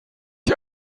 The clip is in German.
sie